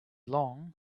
long